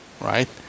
right